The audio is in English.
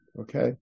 Okay